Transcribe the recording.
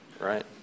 right